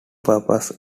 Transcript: purpose